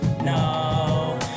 No